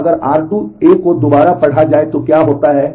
तो अगर r2 को दोबारा पढ़ा जाए तो क्या होता है